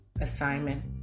assignment